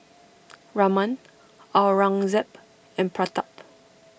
Raman Aurangzeb and Pratap